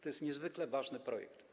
To jest niezwykle ważny projekt.